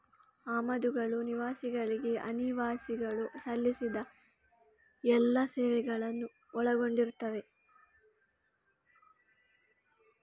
ಆಮದುಗಳು ನಿವಾಸಿಗಳಿಗೆ ಅನಿವಾಸಿಗಳು ಸಲ್ಲಿಸಿದ ಎಲ್ಲಾ ಸೇವೆಗಳನ್ನು ಒಳಗೊಂಡಿರುತ್ತವೆ